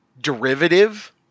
derivative